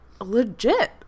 legit